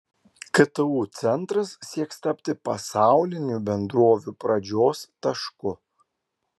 ktu centras sieks tapti pasaulinių bendrovių pradžios tašku